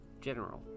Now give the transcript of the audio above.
general